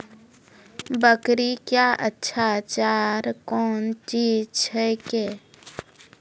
बकरी क्या अच्छा चार कौन चीज छै के?